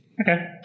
okay